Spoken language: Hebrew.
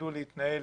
שיידעו להתנהל